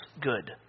good